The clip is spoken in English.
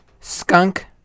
skunk